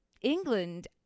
England